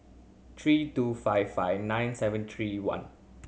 three two five five nine seven three one